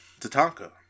Tatanka